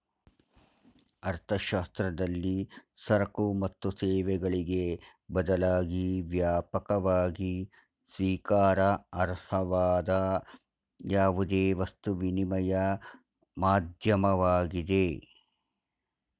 ಅರ್ಥಶಾಸ್ತ್ರದಲ್ಲಿ ಸರಕು ಮತ್ತು ಸೇವೆಗಳಿಗೆ ಬದಲಾಗಿ ವ್ಯಾಪಕವಾಗಿ ಸ್ವೀಕಾರಾರ್ಹವಾದ ಯಾವುದೇ ವಸ್ತು ವಿನಿಮಯ ಮಾಧ್ಯಮವಾಗಿದೆ